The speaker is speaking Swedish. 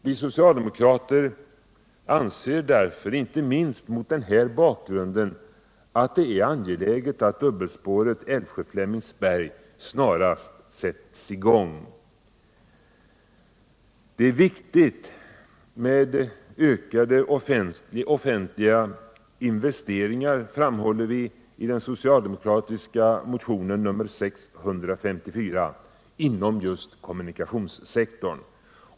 Vi socialdemokrater anser inte minst mot denna bakgrund att det är angeläget att arbetena med dubbelspåret Älvsjö-Flemingsberg snarast sätts i gång. Det är viktigt med ökade offentliga investeringar inom just kommunikationssektorn, framhåller vi i den socialdemokratiska motionen 654.